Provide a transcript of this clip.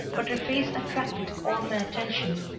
but her face attracted all my attention,